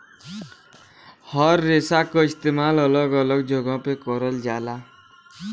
हर रेसा क इस्तेमाल अलग अलग जगह पर करल जाला